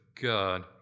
God